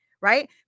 right